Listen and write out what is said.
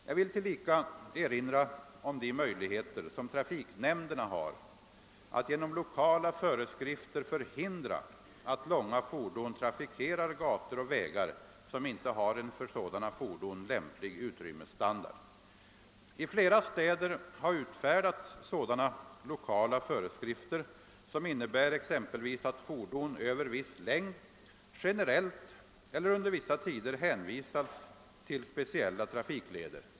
Jag vill tillika erinra om de möjligheter som trafiknämnderna har att genom lokala föreskrifter förhindra att långa fordon trafikerar gator och vägar som inte har en för sådana fordon lämplig utrymmesstandard. I flera städer har utfärdats sådana lokala föreskrifter, som innebär exempelvis att fordon över viss längd generellt eller under vissa tider hänvisas till speciella trafikleder.